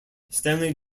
stanley